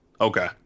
Okay